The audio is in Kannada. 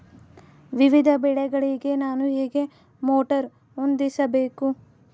ವಿವಿಧ ಬೆಳೆಗಳಿಗೆ ನಾನು ಹೇಗೆ ಮೋಟಾರ್ ಹೊಂದಿಸಬೇಕು?